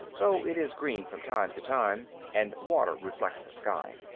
though it is green from time to time, and water reflects the sky.